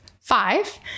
five